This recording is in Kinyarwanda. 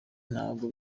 ntabwo